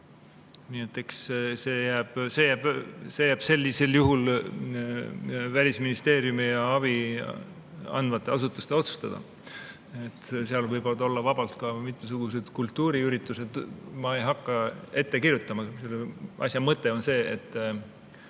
Eks see jääb sellisel juhul Välisministeeriumi ja abi andvate asutuste otsustada. Seal võivad olla vabalt ka mitmesugused kultuuriüritused. Ma ei hakka ette kirjutama. Selle asja mõte on see, et